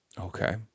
Okay